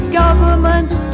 governments